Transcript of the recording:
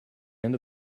end